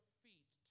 feet